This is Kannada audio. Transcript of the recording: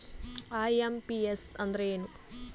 ಐ.ಎಂ.ಪಿ.ಎಸ್ ಅಂದ್ರ ಏನು?